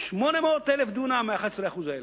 800,000 דונם מ-11% האלה.